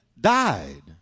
died